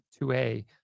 2A